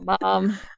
mom